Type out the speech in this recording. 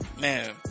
Man